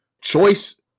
choice